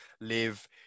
live